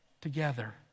together